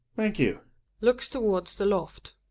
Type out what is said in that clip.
thank you looks towards the loft.